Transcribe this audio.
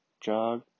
jog